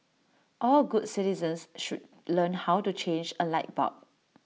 all good citizens should learn how to change A light bulb